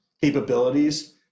capabilities